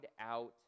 out